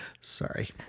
Sorry